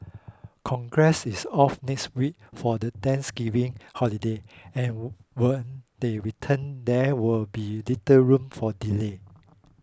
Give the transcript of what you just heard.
Congress is off next week for the Thanksgiving holiday and when they return there will be little room for delay